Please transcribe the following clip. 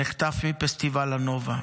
נחטף מפסטיבל הנובה,